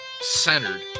centered